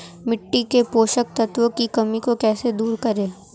मिट्टी के पोषक तत्वों की कमी को कैसे दूर करें?